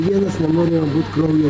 vienas nenorime būt kraujo